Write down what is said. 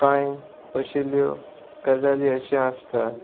कांय खाशेल्यो गजाली अशें आसता